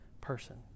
person